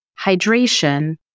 hydration